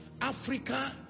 Africa